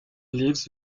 lives